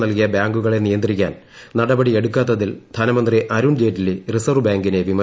നൽകിയ ബാങ്കുകളെ നിയന്ത്രിക്കാൻ നടപടി എടുക്കാത്തിൽ ധനമന്ത്രി അരുൺജെയ്റ്റ്ലി റിസർവ് ബാങ്കിനെ വിമർശിച്ചു